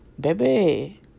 baby